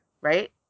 Right